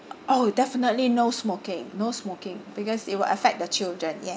oh definitely no smoking no smoking because it will affect the children